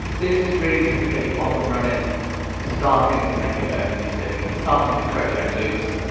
this is really just to get you up and running and starting to make your own music and starting to create your own loops.